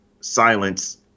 silence